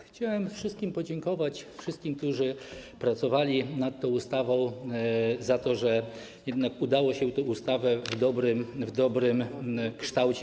Chciałem wszystkim podziękować, wszystkim, którzy pracowali nad tą ustawą, za to, że jednak udało się tę ustawę przyjąć w dobrym kształcie.